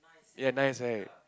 ya nice right